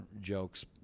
jokes